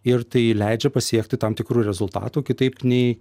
ir tai leidžia pasiekti tam tikrų rezultatų kitaip nei